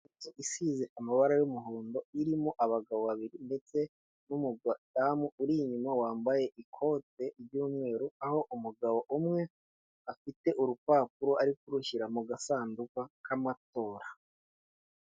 Inzu isize amabara y'umuhondo, irimo abagabo babiri ndetse n'umudamu uri inyuma wambaye ikote ry'umweru, aho umugabo umwe afite urupapuro, ari kurushyira mu gasanduka k'amatora.